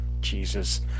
Jesus